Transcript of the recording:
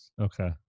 Okay